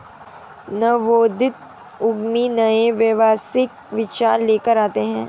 नवोदित उद्यमी नए व्यावसायिक विचार लेकर आते हैं